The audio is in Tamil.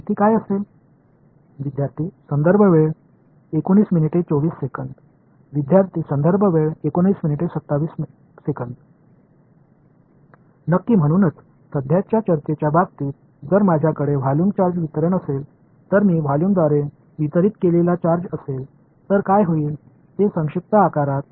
மாணவர் மாணவர் சரியாக எனவே தற்போதைய கலந்துரையாடலைப் போலவே நான் ஒரு வால்யூம் சார்ஜ் விநியோகத்தை வைத்திருந்தால் அது கொள்ளளவு வழியாக விநியோகிக்கப்படுகிறது பின்னர் என்ன நடக்கும் என்பது ஒரு கொள்ளளவு இருக்கும் வரையறுக்கப்பட்ட சார்ஜ் 0 ஆக சுருங்குகிறது எனவே அதன் பங்களிப்பு மிகக் குறைவு